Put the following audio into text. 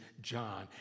John